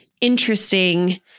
interesting